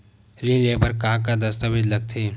ऋण ले बर का का दस्तावेज लगथे?